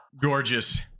gorgeous